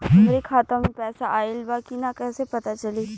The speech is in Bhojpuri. हमरे खाता में पैसा ऑइल बा कि ना कैसे पता चली?